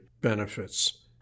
benefits